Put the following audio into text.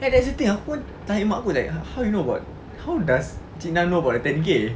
ya that's the thing aku pun tanya mak aku like how you know about how does cik na know about the ten K